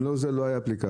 אם לא זה לא הייתה אפליקציה.